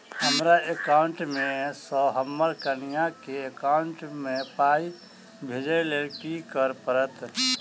हमरा एकाउंट मे सऽ हम्मर कनिया केँ एकाउंट मै पाई भेजइ लेल की करऽ पड़त?